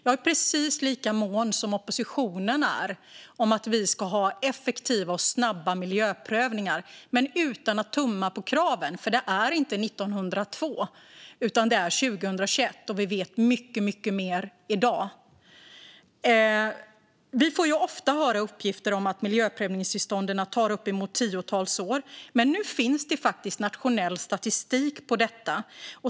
Jag är precis lika mån som oppositionen om att vi ska ha effektiva och snabba miljöprövningar - dock utan att tumma på kraven, för det är inte 1902 utan 2022, och vi vet mycket, mycket mer i dag. Vi hör ofta uppgifter om att miljöprövningstillstånden tar tiotals år. Men nu finns det faktiskt nationell statistik på detta.